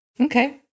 Okay